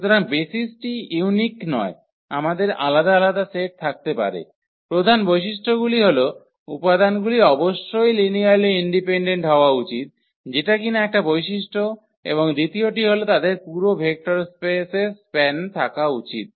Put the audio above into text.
সুতরাং বেসিসটি ইউনিক নয় আমাদের আলাদা আলাদা সেট থাকতে পারে প্রধান বৈশিষ্ট্যগুলি হল উপাদানগুলি অবশ্যই লিনিয়ারলি ইন্ডিপেন্ডেন্ট হওয়া উচিত যেটা কিনা একটা বৈশিষ্ট্য এবং দ্বিতীয়টি হল তাদের পুরো ভেক্টর স্পেসের স্প্যান থাকা উচিত